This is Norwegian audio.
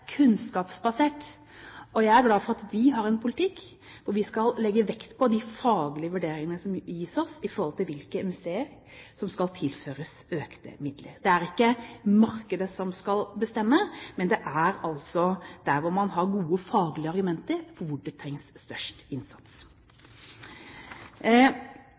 kunnskapsbasert. Jeg er glad for at vi har en politikk hvor vi skal legge vekt på de faglige vurderingene som gis oss om hvilke museer som skal tilføres økte midler. Det er ikke markedet som skal bestemme, men de som har gode faglige argumenter for hvor det trengs størst innsats.